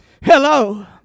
Hello